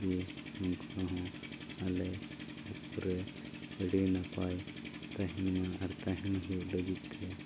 ᱡᱮ ᱱᱩᱠᱩ ᱦᱚᱸ ᱟᱞᱮ ᱥᱩᱠᱨᱮ ᱟᱹᱰᱤ ᱱᱟᱯᱟᱭ ᱛᱟᱦᱮᱱᱢᱟ ᱟᱨ ᱛᱟᱦᱮᱱ ᱦᱩᱭᱩᱜ ᱞᱟᱹᱜᱤᱫᱛᱮ